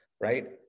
right